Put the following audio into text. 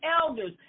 elders